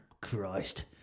Christ